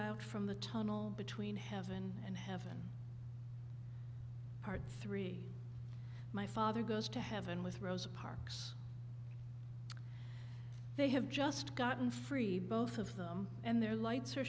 out from the tunnel between heaven and heaven part three my father goes to heaven with rosa parks they have just gotten free both of them and their lights are